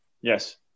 Yes